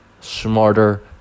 smarter